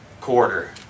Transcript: quarter